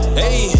hey